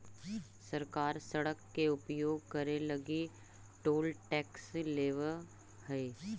सरकार सड़क के उपयोग करे लगी टोल टैक्स लेवऽ हई